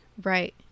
Right